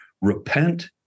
repent